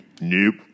nope